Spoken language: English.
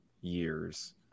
years